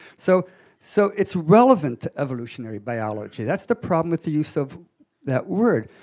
so so it's relevant to evolutionary biology, that's the problem with the use of that word,